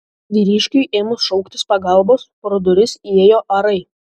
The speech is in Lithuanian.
vyriškiui ėmus šauktis pagalbos pro duris įėjo arai